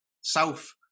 south